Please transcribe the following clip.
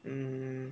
mm